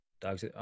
Dogs